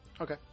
Okay